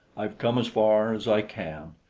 i've come as far as i can.